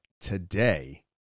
today